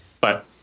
But-